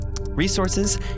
resources